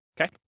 okay